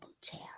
chair